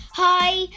Hi